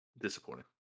disappointing